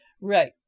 Right